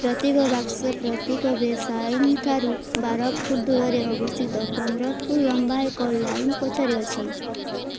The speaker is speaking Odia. ପ୍ରତ୍ୟେକ ବାକ୍ସ ପ୍ରତ୍ୟେକ ବେସ୍ ଲାଇନ୍ ଠାରୁ ବାର ଫୁଟ ଦୂରରେ ଅବସ୍ଥିତ ପନ୍ଦର ଫୁଟ ଲମ୍ବା ଏକ ଲାଇନ୍ ପଛରେ ଅଛି